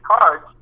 cards